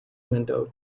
window